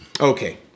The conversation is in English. okay